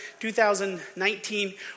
2019